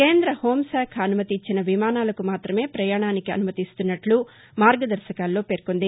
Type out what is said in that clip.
కేంద్ర హోంశాఖ అనుమతిచ్చిన విమానాలకు మాత్రమే ప్రయాణానికి అనుమతిస్తున్నట్లు మార్గదర్శకాల్లో పేర్కొంది